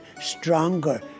stronger